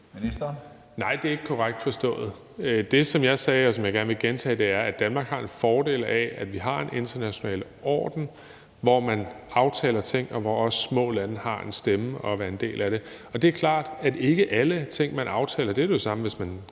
Nej, det er ikke korrekt forstået. Det, som jeg sagde, og som jeg gerne vil gentage, er, at Danmark har en fordel af, at vi har en international orden, hvor man aftaler ting, og hvor også små lande har en stemme og er en del af det. Det er klart, at ikke alle ting, man aftaler, er en fordel. Det er jo det samme, hvis man